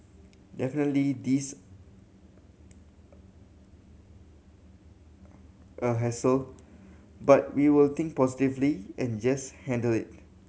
definitely this a hassle but we will think positively and just handle it